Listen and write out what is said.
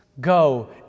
Go